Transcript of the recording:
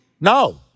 No